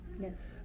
Yes